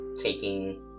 taking